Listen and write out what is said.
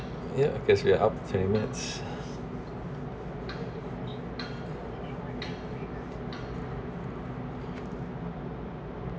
ya because we are up twenty minutes